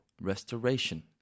restoration